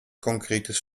konkretes